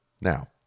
Now